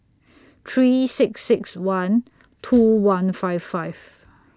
three six six one two one five five